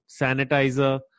Sanitizer